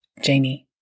Janie